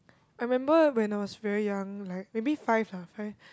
I remember when I was very young like maybe five lah five